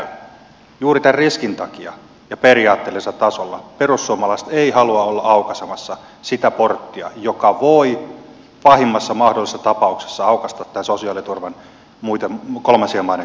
juuri tämän riskin takia ja periaatteellisella tasolla perussuomalaiset eivät halua olla aukaisemassa sitä porttia joka voi pahimmassa mahdollisessa tapauksessa aukaista tämän sosiaaliturvan kolmansien maiden kansalaisille